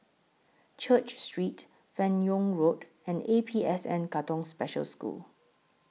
Church Street fan Yoong Road and A P S N Katong Special School